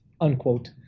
unquote